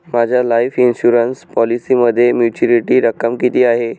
माझ्या life insurance पॉलिसीमध्ये maturity रक्कम किती आहे?